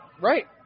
Right